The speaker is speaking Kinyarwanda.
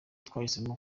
twahisemo